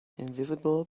invisible